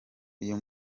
uyu